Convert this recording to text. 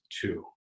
two